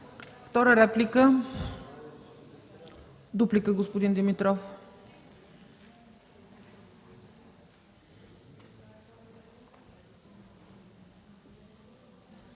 Втора реплика? Няма. Дуплика, господин Димитров?